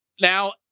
now